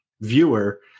viewer